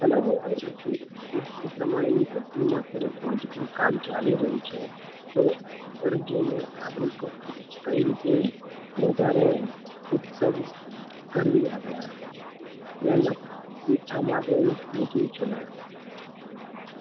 hello hello એ પ્રમાણેનું કંપનીમાં અત્યારે પ્રોજેક્ટનું કામ ચાલી રહ્યું છે તો અગર જેને આપણી કંપની કઈ રીતે વધારે ઉત્તમ કરીએ આપણે અને લક એ આમાં શું છે